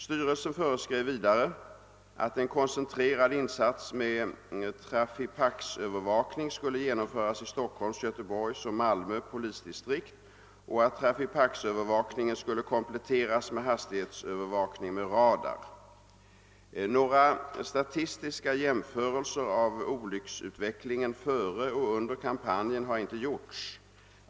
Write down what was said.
Styrelsen föreskrev vidare att en koncentrerad insats med traffipaxövervakning skulle genomföras i Stockholms, Göteborgs och Malmö polisdistrikt och att traffipaxövervakning Några = statistiska jämförelser av olycksutvecklingen före och under kampanjen har inte gjorts.